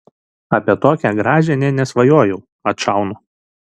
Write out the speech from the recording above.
apie tokią gražią nė nesvajojau atšaunu